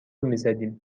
میزدیم